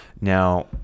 now